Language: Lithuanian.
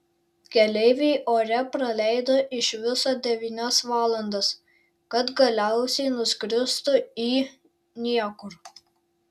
keleiviai ore praleido iš viso devynias valandas kad galiausiai nuskristų į niekur